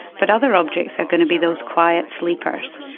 but other objects are going to be those quiet sleepers,